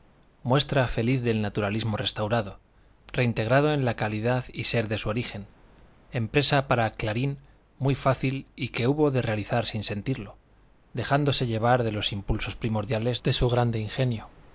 muestra feliz del naturalismo restaurado reintegrado en la calidad y ser de su origen empresa para clarín muy fácil y que hubo de realizar sin sentirlo dejándose llevar de los impulsos primordiales de su grande ingenio